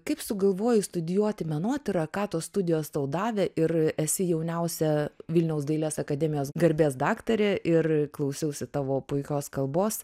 kaip sugalvojai studijuoti menotyrą ką tos studijos tau davė ir esi jauniausia vilniaus dailės akademijos garbės daktarė ir klausiausi tavo puikios kalbos